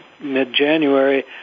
mid-January